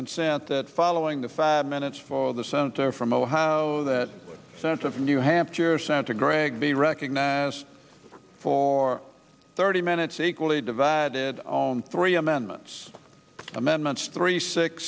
consent that following the five minutes for the senator from oh how that sense of new hampshire senator gregg be recognized for our thirty minutes equally divided on three amendments amendments three six